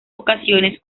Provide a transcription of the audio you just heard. ocasiones